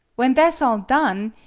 when tha' s all done,